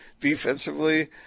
defensively